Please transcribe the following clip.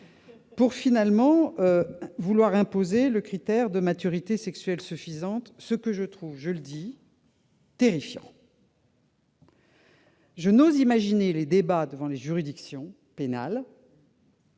redoutables, veut imposer le critère de « maturité sexuelle suffisante », ce que je trouve, je le dis, terrifiant. Pas moi ! Je n'ose imaginer les débats devant les juridictions pénales